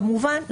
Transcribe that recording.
כמובן,